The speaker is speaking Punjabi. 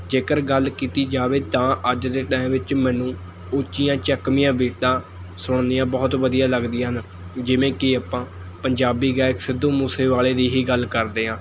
ਜੇਕਰ ਗੱਲ ਕੀਤੀ ਜਾਵੇ ਤਾਂ ਅੱਜ ਦੇ ਟਾਈਮ ਵਿੱਚ ਮੈਨੂੰ ਉੱਚੀਆਂ ਚੱਕਵੀਆਂ ਬੀਟਾਂ ਸੁਣਨੀਆਂ ਬਹੁਤ ਵਧੀਆ ਲੱਗਦੀਆਂ ਹਨ ਜਿਵੇਂ ਕਿ ਆਪਾਂ ਪੰਜਾਬੀ ਗਾਇਕ ਸਿੱਧੂ ਮੂਸੇਵਾਲੇ ਦੀ ਹੀ ਗੱਲ ਕਰਦੇ ਹਾਂ